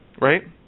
right